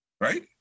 Right